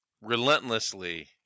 relentlessly